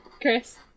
Chris